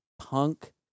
punk